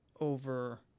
over